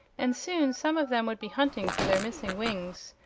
and soon some of them would be hunting for their missing wings.